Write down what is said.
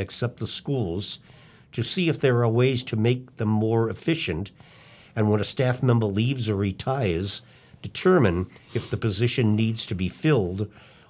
except the schools to see if there are ways to make them more efficient and want to staff member leaves or retired is determine if the position needs to be filled